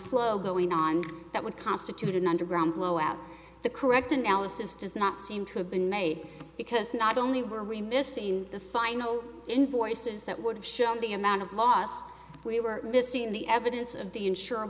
flow going on that would constitute an underground blowout the correct analysis does not seem to have been made because not only were we missing the final invoices that would have shown the amount of loss we were missing the evidence of the insura